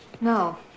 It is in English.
No